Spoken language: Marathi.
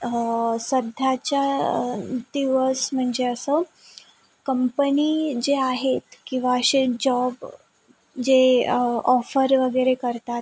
सध्याच्या दिवस म्हणजे असं कंपनी जे आहेत किंवा असे जॉब जे ऑफर वगैरे करतात